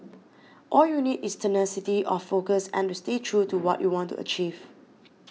all you need is tenacity of focus and to stay true to what you want to achieve